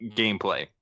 gameplay